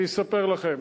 אני אספר לכם.